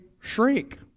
shrink